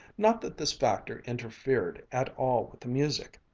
not that this factor interfered at all with the music.